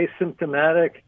asymptomatic